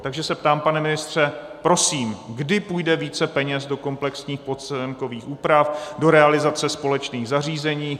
Takže se ptám, pane ministře, prosím, kdy půjde více peněz do komplexních pozemkových úprav, do realizace společných zařízení?